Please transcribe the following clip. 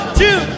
two